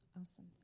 Awesome